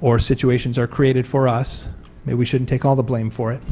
or situations are created for us we should and take all the blame for it,